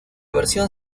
versión